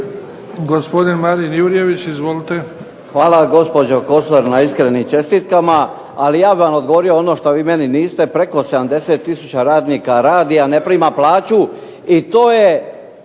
Hvala gospođo Kosor na iskrenim čestitkama. Ali ja bi vam odgovorio ono što meni niste, preko 70 tisuća radnika radi, a ne prima plaću i to je